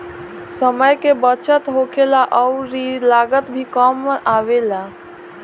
समय के बचत होखेला अउरी लागत भी कम आवेला